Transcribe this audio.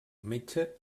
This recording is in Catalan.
metge